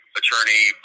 attorney